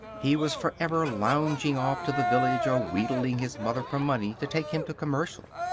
he was forever lounging off to the village or wheedling his mother for money to take him to commercial.